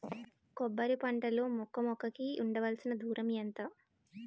కొబ్బరి పంట లో మొక్క మొక్క కి ఉండవలసిన దూరం ఎంత